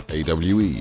AWE